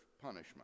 punishment